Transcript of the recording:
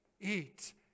eat